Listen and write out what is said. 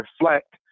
reflect